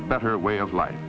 better way of life